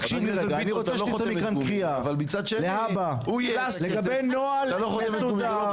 רוצה שתצא מכאן קריאה להבא לגבי נוהל מסודר.